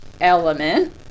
element